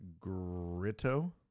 gritto